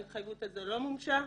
ההתחייבות הזו לא מומשה.